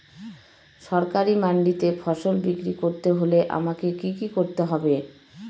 সরকারি মান্ডিতে ফসল বিক্রি করতে হলে আমাকে কি কি করতে হবে?